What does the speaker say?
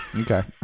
Okay